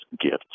gifts—